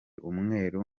umweru